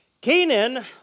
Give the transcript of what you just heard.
Canaan